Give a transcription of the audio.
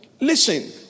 listen